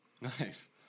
Nice